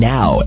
Now